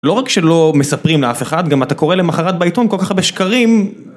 לא רק שלא מספרים לאף אחד, גם אתה קורא למחרת בעיתון כל כך הרבה שקרים.